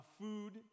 food